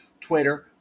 Twitter